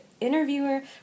interviewer